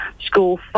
School